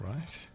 Right